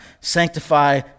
sanctify